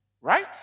Right